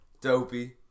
dopey